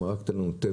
אמרו רק תן לנו תבן,